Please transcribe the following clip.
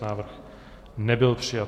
Návrh nebyl přijat.